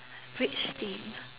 which team